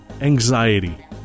anxiety